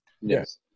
Yes